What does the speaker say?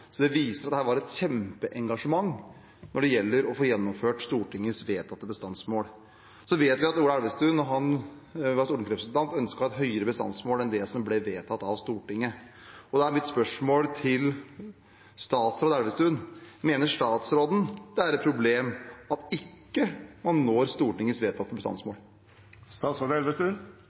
så det viser at det var et kjempeengasjement når det gjelder å få gjennomført Stortingets vedtatte bestandsmål. Så vet vi at Ola Elvestuen da han var stortingsrepresentant, ønsket et høyere bestandsmål enn det som ble vedtatt av Stortinget. Da er mitt spørsmål til statsråd Elvestuen: Mener statsråden det er et problem at man ikke når Stortingets vedtatte bestandsmål? Statsråd Elvestuen